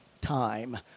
time